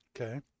Okay